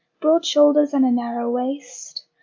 broad shoulders and a narrow waist,